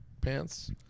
pants